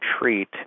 treat